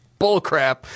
bullcrap